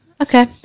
Okay